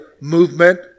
movement